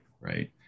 Right